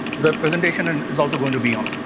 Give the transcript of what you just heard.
the presentation and is also going to be on.